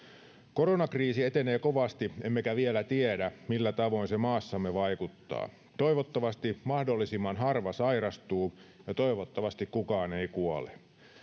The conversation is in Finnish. koronakriisi etenee kovasti emmekä vielä tiedä millä tavoin se maassamme vaikuttaa toivottavasti mahdollisimman harva sairastuu ja toivottavasti kukaan ei kuole